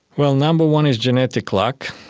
well, number one is genetic luck.